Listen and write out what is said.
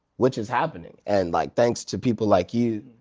which is happening. and like thanks to people like you,